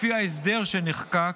לפי ההסדר שנחקק,